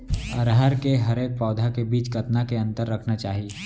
अरहर के हरेक पौधा के बीच कतना के अंतर रखना चाही?